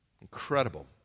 Incredible